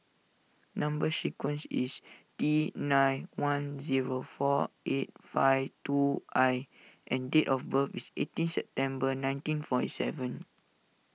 Number Sequence is T nine one zero four eight five two I and date of birth is eighteen September nineteen forty seven